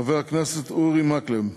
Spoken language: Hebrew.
חבר הכנסת אורי מקלב,